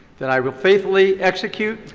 that i will faithfully execute.